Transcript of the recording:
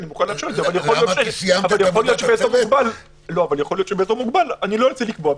יכול להיות שבאזור מוגבל לא ארצה לקבוע.